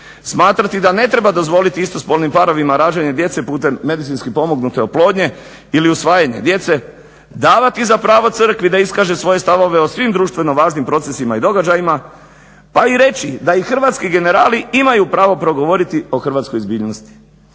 smatrati da ne treba dozvoliti istospolnim parovima rađanje djece putem medicinski pomognute oplodnje ili usvajanje djece, davati za pravo Crkvi da iskaže svoje stavove o svim društveno važnim procesima i događajima, pa i reći da i hrvatski generali imaju pravo progovarati o hrvatskoj zbiljnosti.